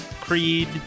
Creed